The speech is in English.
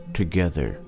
together